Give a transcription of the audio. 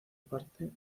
parte